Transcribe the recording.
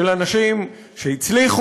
של אנשים שהצליחו,